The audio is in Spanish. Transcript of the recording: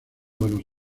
buenos